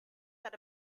that